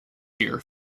here